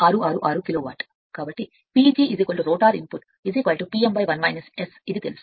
666 kilowatt కాబట్టి PG rotor input P m 1 S ఇది తెలుసు